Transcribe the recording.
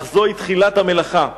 אך זוהי תחילת המלאכה.